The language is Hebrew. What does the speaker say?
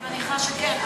אני מניחה שכן.